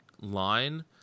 line